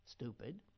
stupid